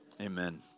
amen